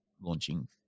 launching